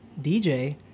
DJ